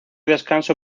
descanso